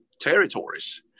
territories